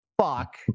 fuck